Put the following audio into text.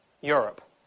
Europe